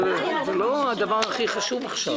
היה התקציב של החברה?